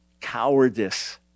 cowardice